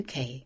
UK